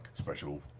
special?